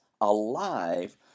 alive